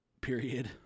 Period